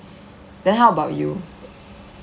then how about you